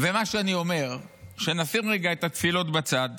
ומה שאני אומר, שנשים רגע את התפילות בצד,